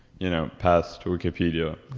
you know, past wikipedia.